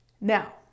Now